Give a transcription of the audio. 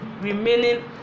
remaining